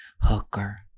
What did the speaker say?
hooker